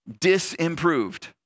disimproved